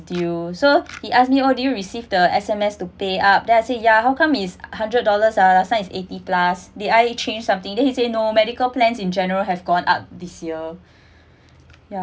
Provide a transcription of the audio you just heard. due so he ask me oh do you received the S_M_S to pay up then I say ya how come is hundred dollars ah last time is eighty plus did I change something then he say no medical plans in general have gone up this year ya